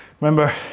remember